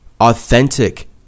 authentic